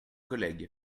collègue